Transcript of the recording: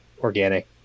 organic